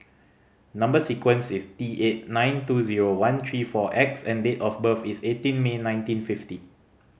number sequence is T eight nine two zero one three four X and date of birth is eighteen May nineteen fifty